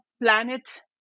planet